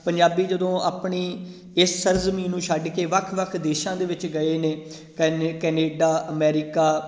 ਪੰਜਾਬੀ ਜਦੋਂ ਆਪਣੀ ਇਸ ਸਰਜਮੀਂ ਨੂੰ ਛੱਡ ਕੇ ਵੱਖ ਵੱਖ ਦੇਸ਼ਾਂ ਦੇ ਵਿੱਚ ਗਏ ਨੇ ਕਨੇ ਕਨੇਡਾ ਅਮੈਰੀਕਾ